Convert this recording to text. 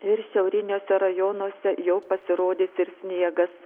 ir šiauriniuose rajonuose jau pasirodys ir sniegas